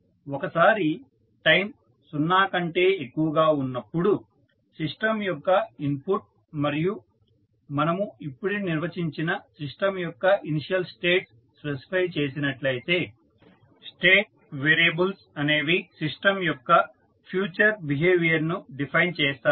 ఒకసారి టైమ్ 0 కంటే ఎక్కువగా ఉన్నప్పుడు సిస్టం యొక్క ఇన్పుట్ మరియు మనము ఇప్పుడే నిర్వచించిన సిస్టం యొక్క ఇనీషియల్ స్టేట్స్ స్పెసిఫై చేసినట్లయితే స్టేట్ వేరియబుల్స్ అనేవి సిస్టం యొక్క ఫ్యూచర్ బిహేవియర్ ను డిఫైన్ చేస్తాయి